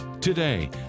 Today